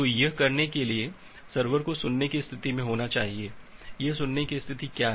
तो यह करने के लिए कि सर्वर को सुनने की स्थिति में होना चाहिए यह सुनने की स्थिति क्या है